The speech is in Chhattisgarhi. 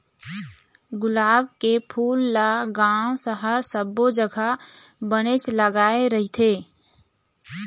गुलाब के फूल ल गाँव, सहर सब्बो जघा बनेच लगाय रहिथे